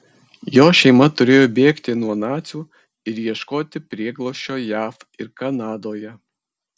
jo šeima turėjo bėgti nuo nacių ir ieškoti prieglobsčio jav ir kanadoje